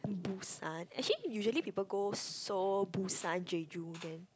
busan actually usually people go Seoul Busan Jeju then